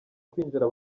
kwinjira